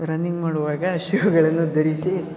running ಮಾಡುವಾಗ ಶೂಗಳನ್ನು ಧರಿಸಿ